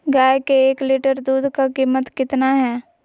गाय के एक लीटर दूध का कीमत कितना है?